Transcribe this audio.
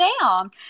down